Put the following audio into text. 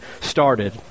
started